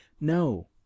no